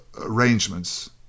arrangements